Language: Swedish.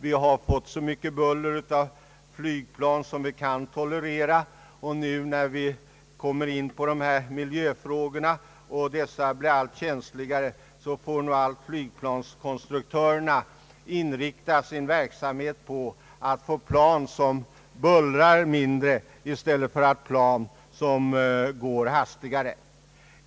Vi har fått så mycket buller av flygplan som vi kan tolerera, och när miljöfrågorna blir alltmera känsliga måste flygplanskonstruktörerna inrikta sin verksamhet på plan som bullrar mindre i stället för plan som går hastigare.